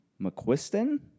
McQuiston